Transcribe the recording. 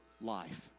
life